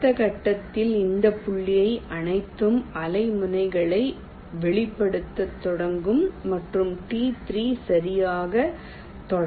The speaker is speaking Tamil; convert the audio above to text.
அடுத்த கட்டத்தில் இந்த புள்ளிகள் அனைத்தும் அலை முனைகளை வெளிப்படுத்தத் தொடங்கும் மற்றும் T3 சரியாகத் தொடப்படும்